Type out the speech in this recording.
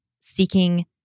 seeking